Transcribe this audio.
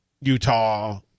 Utah